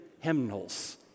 hymnals